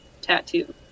tattoo